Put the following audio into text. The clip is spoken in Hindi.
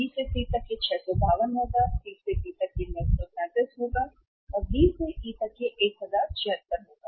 B से C तक यह 652 होगा C से D तक यह 937 होगा और D से E तक 1076 होगा